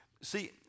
See